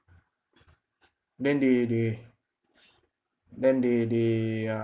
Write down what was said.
then they they then they they uh